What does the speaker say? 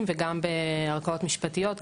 וגם בערכאות משפטיות,